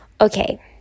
Okay